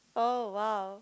oh !wow!